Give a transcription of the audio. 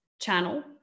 Channel